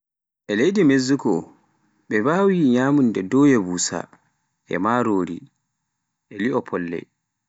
E Leydi Meziko ɓe mbawi nyamunda doya busa e marori, e li'o folle.